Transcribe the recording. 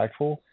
impactful